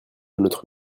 notre